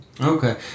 Okay